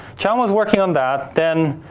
john was working on that. then,